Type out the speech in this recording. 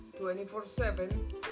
24-7